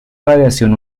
radiación